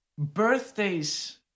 Birthdays